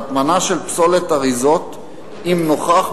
הטמנה של פסולת אריזות אם נוכח,